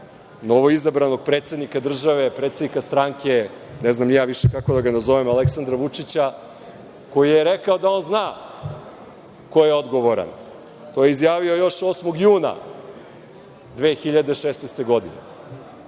novo izabranog predsednika države, predsednika strane, ne znam ni ja više kako da ga nazovem, Aleksandra Vučića, koji je rekao da on zna ko je odgovoran. To je izjavio još 8. juna 2016. godine.